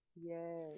Yes